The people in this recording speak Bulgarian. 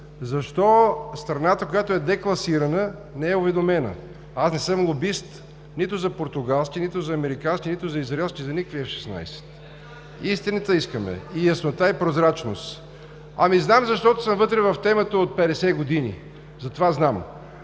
защо страната, която е декласирана, не е уведомена? Аз не съм лобист нито за португалски, нито за американски, нито за израелски – за никакъв F16. Истината искаме – и яснота, и прозрачност! (Шум и реплики.) Ами, знам, защото съм вътре в темата от 50 години. Затова знам.